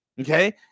okay